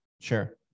Sure